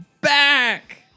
back